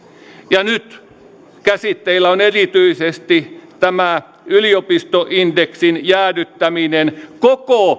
ja nyt käsitteillä on erityisesti tämä yliopistoindeksin jäädyttäminen koko